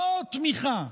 לא תמיכה,